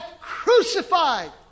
crucified